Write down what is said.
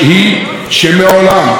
לא הייתה ממשלה יעילה,